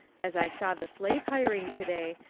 as i saw the slave hiring to-day,